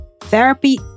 Therapy